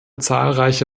zahlreiche